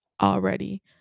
already